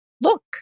look